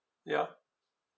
yeah